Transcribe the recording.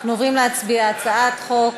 עוברים להצביע, הצעת חוק